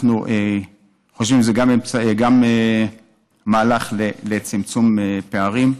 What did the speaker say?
אנחנו חושבים שזה גם מהלך לצמצום פערים.